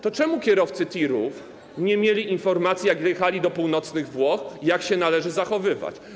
To czemu kierowcy tirów nie mieli informacji, gdy dojechali do północnych Włoch, jak się należy zachowywać?